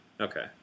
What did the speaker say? Okay